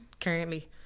currently